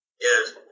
Yes